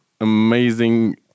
amazing